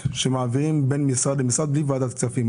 שמעבירים בין משרד למשרד בלי ועדת כספים.